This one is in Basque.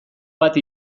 bat